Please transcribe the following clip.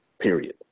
period